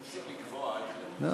תפסיק לגבוה, אייכלר.